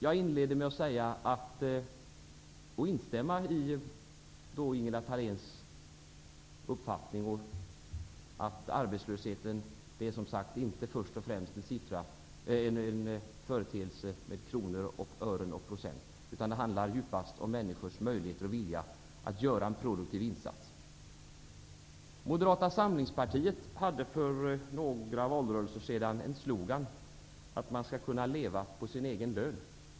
Jag inledde med att instämma i Ingela Thaléns uppfattning att arbetslösheten inte först och främst handlar om kronor, ören och procent, utan den handlar djupast om människors möjligheter och vilja att göra en produktiv insats. Moderata samlingspartiet hade för några valrörelser sedan en slogan om att man skall kunna leva på sin egen lön.